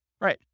Right